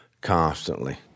Constantly